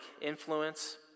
influence